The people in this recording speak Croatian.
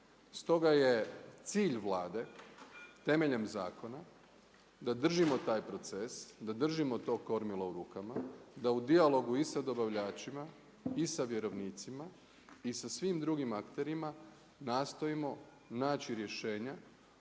Stoga je cilj Vlade, temeljem zakona da držimo taj proces, da držimo to kormilo u rukama, da u dijalogu i sa dobavljačima i sa vjerovnicima i sa svim drugim akterima nastojimo naći rješenja